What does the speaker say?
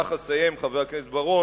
ובכך אסיים, חבר הכנסת בר-און,